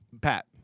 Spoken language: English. Pat